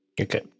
Okay